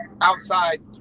outside